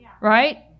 Right